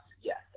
yes